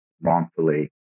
wrongfully